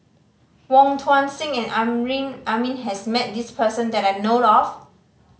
Wong Tuang Seng and Amrin Amin has met this person that I know of